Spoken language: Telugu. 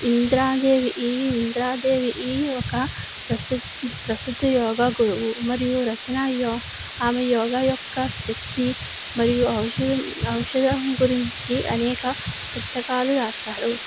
ఇంద్రాదేవి ఈ ఇంద్రాదేవి ఈ ఒక ప్రసిద్ ప్రసిద్ధ యోగా గురువు మరియు రచన యో ఆమె యోగ యొక్క శక్తి మరియు ఔషధం ఔషధం గురించి అనేక పుస్తకాలు రాశారు